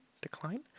decline